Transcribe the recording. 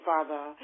Father